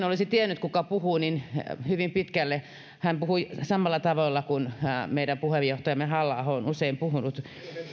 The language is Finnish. olisi tiennyt kuka puhuu niin hyvin pitkälle hän puhui samalla tavalla kuin meidän puheenjohtajamme halla aho on usein puhunut